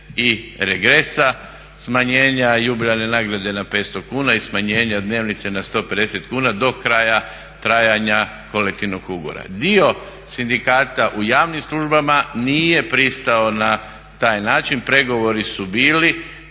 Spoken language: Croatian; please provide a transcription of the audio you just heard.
i regresa, smanjenja jubilarne nagrade na 500 kuna i smanjenja dnevnice na 150 kuna do kraja trajanja kolektivnog ugovora. Dio sindikata u javnim službama nije pristao na taj način, pregovori su bili,